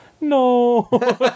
no